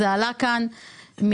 זה עלה כאן מהעצמאים.